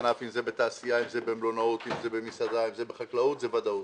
בתעשייה, במלונאות או במסעדות, זאת ודאות.